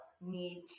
need